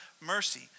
mercy